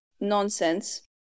nonsense